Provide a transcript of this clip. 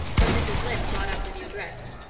when mrs. lynde brought up the new dress.